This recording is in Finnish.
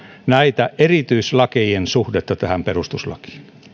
näiden erityislakien suhdetta tähän perustuslakiin